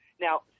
Now